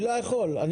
אני לא יכול עם